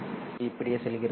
எனவே இது இப்படியே செல்கிறது